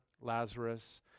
Lazarus